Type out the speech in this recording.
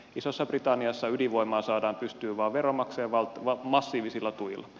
isossa britanniassa ydinvoimaa saadaan pystyyn vain veronmaksajien massiivisilla tuilla